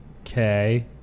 Okay